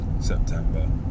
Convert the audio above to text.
September